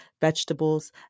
vegetables